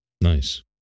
Nice